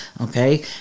Okay